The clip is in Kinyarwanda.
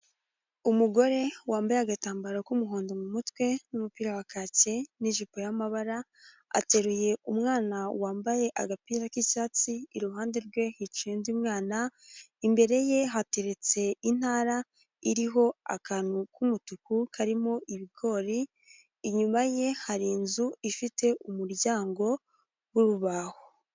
Umugore wambaye agatambaro k'umuhondo mu mutwe n'umupira wakaki n'ijipo y'amabara, ateruye umwana wambaye agapira k'icyatsi, iruhande rwe hicaye undi mwana, imbere ye hateretse intara iriho akantu k'umutuku karimo ibigori, inyuma ye hari inzu ifite umuryango w'urubaho.